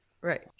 Right